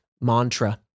mantra